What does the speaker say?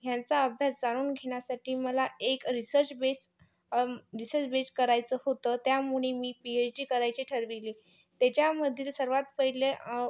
ह्यांचा अभ्यास जाणून घेण्यासाठी मला एक रिसर्च बेस रिसर्च बेस करायचं होतं त्यामुळे मी पीएच डी करायचे ठरविले त्याच्यामधील सर्वात पहिले